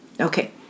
Okay